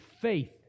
faith